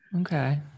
Okay